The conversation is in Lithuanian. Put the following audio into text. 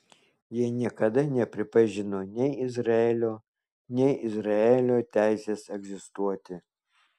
jie niekada nepripažino nei izraelio nei izraelio teisės egzistuoti